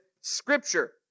scripture